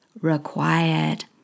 required